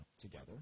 together